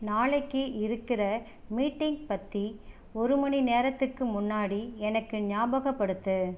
நாளைக்கு இருக்கிற மீட்டிங் பற்றி ஒரு மணி நேரத்துக்கு முன்னாடி எனக்கு ஞாபகப்படுத்து